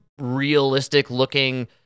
realistic-looking